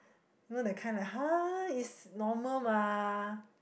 you know that kind like (huh) is normal mah